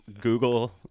google